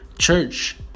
church